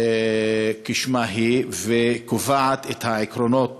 כשמה היא, שקובעת את העקרונות